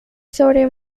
sobre